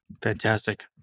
Fantastic